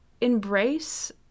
embrace